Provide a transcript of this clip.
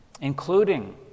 including